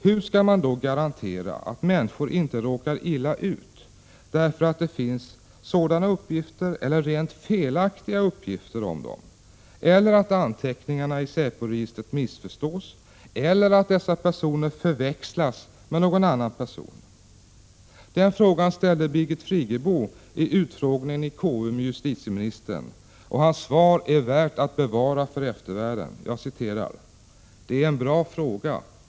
Hur skall man då garantera att människor inte råkar illa ut därför att det finns sådana här eller rent felaktiga uppgifter om dem, att anteckningarna i säporegistret missförstås eller att dessa personer förväxlas med andra personer? Den frågan ställde Birgit Friggebo i utfrågningen med justitieministern i KU, och hans svar är värt att bevara för eftervärlden: ”Det är en bra fråga.